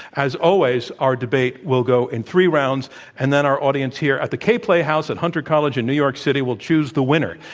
as always, our debate will go in three rounds and then our audience here at the kaye playhouse at hunter college in new york city will choose the winner.